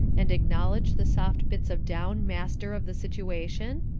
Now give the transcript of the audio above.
and acknowledge the soft bits of down master of the situation?